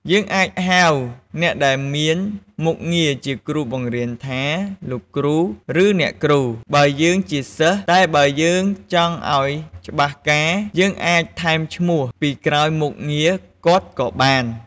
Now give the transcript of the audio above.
យើងអាចហៅអ្នកដែលមានមុខងារជាគ្រូបង្រៀនថា លោកគ្រូ ឬអ្នកគ្រូ បើយើងជាសិស្សតែបើយើងចង់អោយច្បាស់ការ យើងអាចថែមឈ្មោះពីក្រោយមុខងារគាត់ក៏បាន។